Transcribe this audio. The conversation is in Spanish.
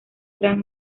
gran